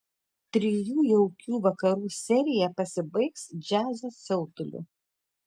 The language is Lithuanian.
trijų jaukių vakarų serija pasibaigs džiazo siautuliu